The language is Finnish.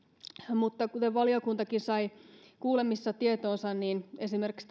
mutta kuten valiokuntakin sai kuulemisessa tietoonsa esimerkiksi